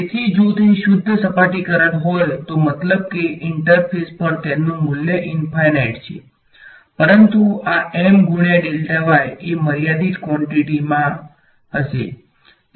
તેથી જો તે શુદ્ધ સપાટી કરંટ હોય તો મતલબ કે ઇન્ટરફેસ પર તેનું મૂલ્ય ઈનફાઈનાઈટ છે પરંતુ આ M ગુણ્યા એ મર્યાદિત ક્વોંટીટી માં બ હશે